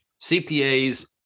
CPAs